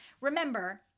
remember